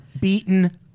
beaten